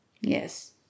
Yes